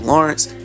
Lawrence